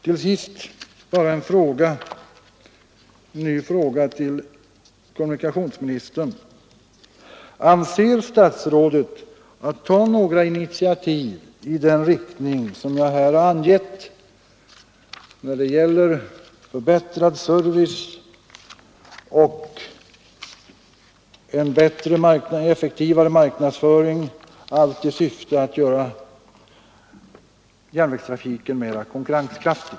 Till sist bara en ny fråga till kommunikationsministern: Avser statsrådet att ta några initiativ i den riktning som jag här angett när det gäller förbättrad service och en effektivare marknadsföring, allt i syfte att göra järnvägstrafiken mera konkurrenskraftig?